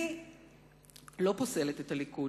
אני לא פוסלת את הליכוד.